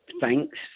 thanks